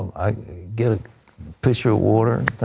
i mean get a pitcher of water.